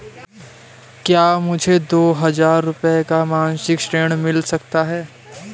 क्या मुझे दो हजार रूपए का मासिक ऋण मिल सकता है?